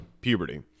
puberty